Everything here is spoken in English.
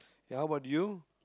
ya how about you